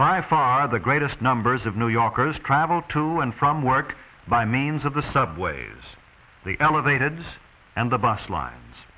by far the greatest numbers of new yorkers travel to and from work by means of the subways the elevated and the bus lines